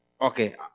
okay